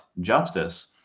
justice